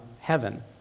heaven